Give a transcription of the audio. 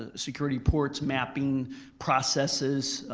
ah security ports, mapping processes,